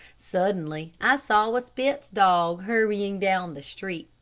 suddenly i saw a spitz dog hurrying down the street.